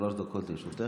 שלוש דקות לרשותך.